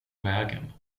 vägen